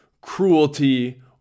cruelty